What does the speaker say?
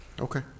Okay